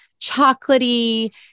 chocolatey